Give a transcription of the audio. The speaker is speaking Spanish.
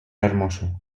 hermoso